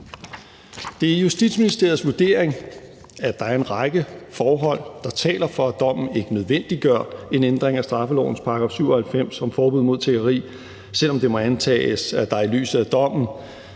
Det er Justitsministeriets vurdering, at der er en række forhold, der taler for, at dommen ikke nødvendiggør en ændring af straffelovens § 197 om forbud mod tiggeri, selv om det må antages, at der i lyset af dommen